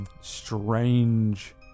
strange